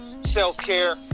self-care